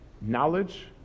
knowledge